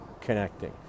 connecting